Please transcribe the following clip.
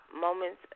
moments